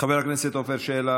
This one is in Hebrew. חבר הכנסת עפר שלח.